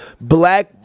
black